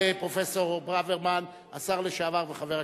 תודה רבה לפרופסור ברוורמן, השר לשעבר וחבר הכנסת.